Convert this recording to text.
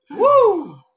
Woo